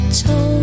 told